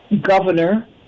governor